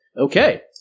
Okay